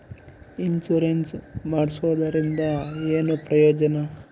Insurance ಮಾಡ್ಸೋದರಿಂದ ಏನು ಪ್ರಯೋಜನ?